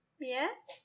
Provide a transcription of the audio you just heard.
Yes